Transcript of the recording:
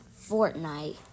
Fortnite